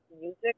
music